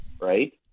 right